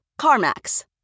CarMax